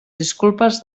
disculpes